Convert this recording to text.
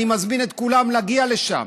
אני מזמין את כולם להגיע לשם,